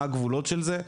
מה הגבולות של זה?